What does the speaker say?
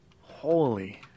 holy